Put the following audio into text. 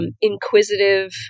inquisitive